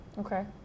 Okay